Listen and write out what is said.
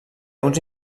uns